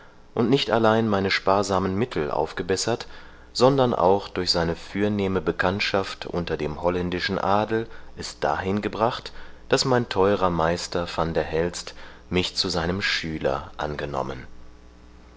und nicht allein meine sparsamen mittel aufgebessert sondern auch durch seine fürnehme bekanntschaft unter dem holländischen adel es dahin gebracht daß mein theuerer meister van der helst mich zu seinem schüler angenommen